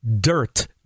dirt